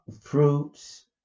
fruits